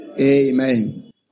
Amen